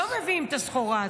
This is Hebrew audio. לא מביאים את הסחורה.